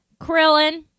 Krillin